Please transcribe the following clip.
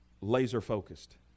laser-focused